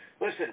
Listen